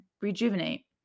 rejuvenate